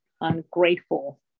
ungrateful